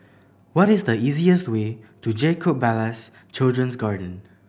what is the easiest way to Jacob Ballas Children's Garden